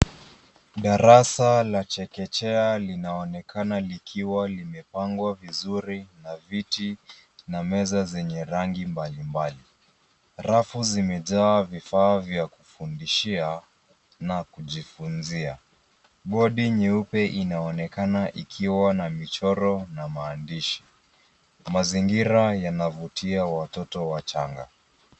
Darasa la chekechea linaonekana likiwa limepangwa vizuri na viti na meza zenye rangi mbali mbali. Rafu zimejaa vifaa vya kufundishia na kujifunzia. Bodi nyeupe inaonekana ikiwa na michoro na maandishi. Mazingira yanavutia watoto wachanga.